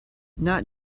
not